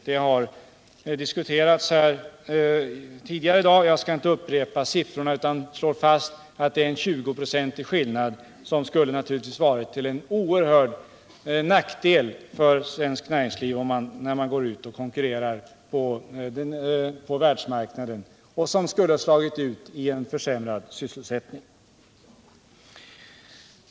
Detta har diskuterats här tidigare i dag, och jag skall inte upprepa sifferexercisen utan bara slå fast att det rör sig om en 20-procentig skillnad, som naturligtvis skulle ha varit till oerhörd nackdel för svenskt näringsliv i konkurrensen på världsmarknaden. Det skulle ha gett utslag i en försämrad sysselsättning.